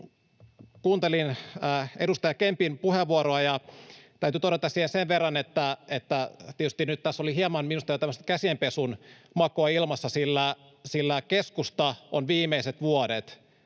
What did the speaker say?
kuuntelin edustaja Kempin puheenvuoroa, ja täytyy todeta siihen sen verran, että tässä oli minusta nyt hieman jo tämmöistä käsienpesun makua ilmassa, sillä keskusta on viimeiset vuodet